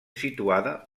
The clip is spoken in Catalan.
situada